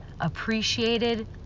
appreciated